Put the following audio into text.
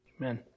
Amen